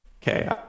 Okay